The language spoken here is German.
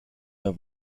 der